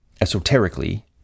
esoterically